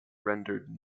rendered